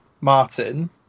Martin